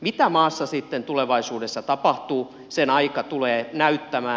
mitä maassa sitten tulevaisuudessa tapahtuu sen aika tulee näyttämään